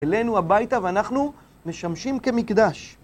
אלינו הביתה ואנחנו משמשים כמקדש